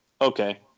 Okay